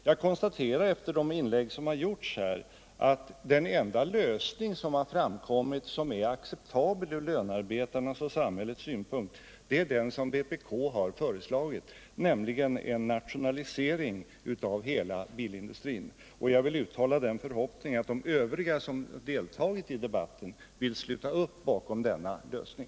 Jag konstaterar efter de inlägg som har gjorts här att den enda lösning som är acceptabel från lönearbetarnas och samhällets synpunkt är den som vpk har föreslagit, nämligen en nationalisering av hela bilindustrin. Jag vill uttala den förhoppningen att de övriga som deltagit i debatten vill sluta upp bakom denna lösning.